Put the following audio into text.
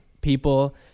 people